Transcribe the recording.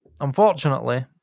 unfortunately